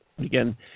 again